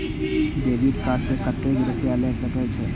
Debit card से कतेक रूपया ले सके छै?